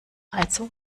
also